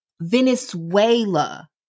Venezuela